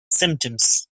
symptoms